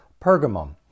Pergamum